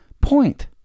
point